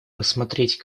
рассмотреть